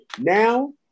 Now